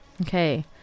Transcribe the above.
Okay